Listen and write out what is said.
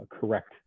correct